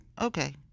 Okay